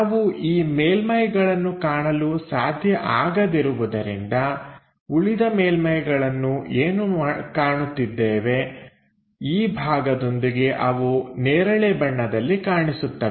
ನಾವು ಈ ಮೇಲ್ಮೈಗಳನ್ನು ಕಾಣಲು ಸಾಧ್ಯ ಆಗದಿರುವುದರಿಂದ ಉಳಿದ ಮೇಲ್ಮೈಗಳನ್ನು ಏನು ಕಾಣುತ್ತಿದ್ದೇವೆ ಈ ಭಾಗದೊಂದಿಗೆ ಅವು ನೇರಳೆ ಬಣ್ಣದಲ್ಲಿ ಕಾಣಿಸುತ್ತವೆ